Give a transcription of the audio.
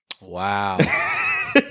Wow